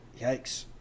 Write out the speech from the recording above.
Yikes